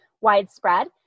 widespread